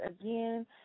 again